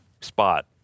spot